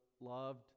loved